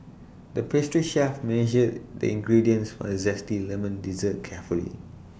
the pastry chef measured the ingredients for A Zesty Lemon Dessert carefully